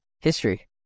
History